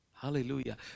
Hallelujah